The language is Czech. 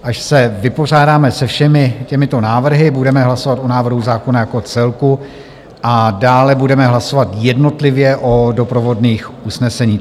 Až se vypořádáme se všemi těmito návrhy, budeme hlasovat o návrhu zákona jako celku a dále budeme hlasovat jednotlivě o doprovodných usnesení.